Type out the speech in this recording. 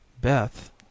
beth